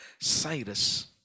Cyrus